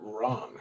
wrong